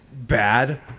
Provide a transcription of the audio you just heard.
bad